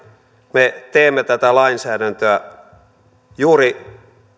me teemme tätä lainsäädäntöä juuri